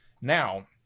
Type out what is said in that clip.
now